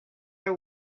are